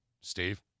Steve